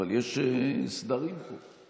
אבל יש סדרים פה.